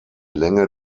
länge